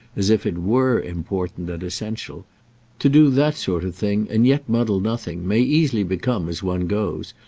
as if it were important and essential to do that sort of thing and yet muddle nothing may easily become, as one goes,